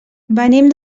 venim